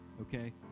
Okay